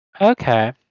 Okay